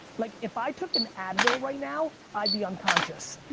like if i took an advil right now, i'd be unconscious.